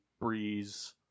Breeze